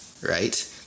right